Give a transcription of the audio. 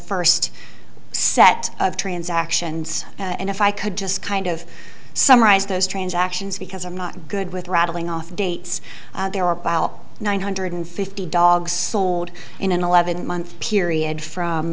first set of transactions and if i could just kind of summarize those transactions because i'm not good with rattling off dates there are about one hundred fifty dogs sold in an eleven month period from